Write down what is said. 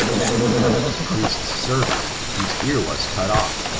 that of the priest's servant, whose ear was cut off,